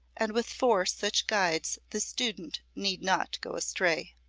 and with four such guides the student need not go astray.